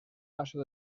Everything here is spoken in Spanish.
paso